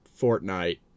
Fortnite